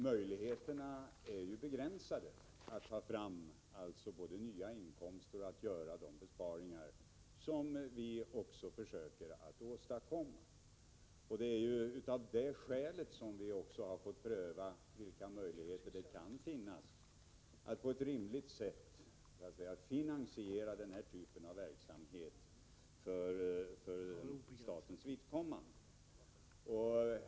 Möjligheterna är ju begränsade att både få fram nya inkomster och göra de besparingar som vi försöker att åstadkomma. Det är ju av det skälet som vi också får pröva vilka möjligheter det kan finnas att på ett rimligt sätt finansiera den här typen av verksamhet för statens vidkommande.